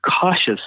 cautious